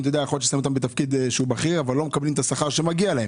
יכול להיות שהם בתפקיד בכיר אבל הם לא מקבלים את השכר שמגיע להם.